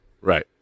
Right